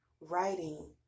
writing